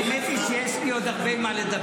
האמת היא שיש לי עוד הרבה מה לדבר.